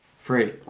Free